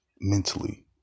mentally